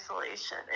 isolation